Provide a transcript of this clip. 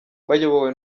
bayobowe